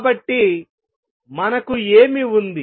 కాబట్టి మనకు ఏమి ఉంది